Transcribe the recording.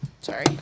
Sorry